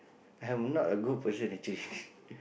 I'm not a good person actually